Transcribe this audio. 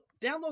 download